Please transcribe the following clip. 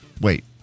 wait